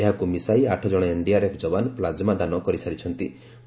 ଏହାକୁ ମିଶାଇ ଆଠଜଣ ଏନଡିଆରଏଫ ଯବାନ ପ୍ଲାଜମା ଦାନ କରିସାରିଲେଣି